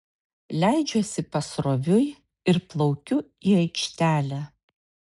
leidžiuosi pasroviui ir plaukiu į aikštelę